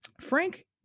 frank